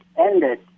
ended